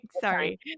Sorry